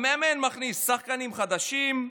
המאמן מכניס שחקנים חדשים,